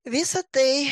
visa tai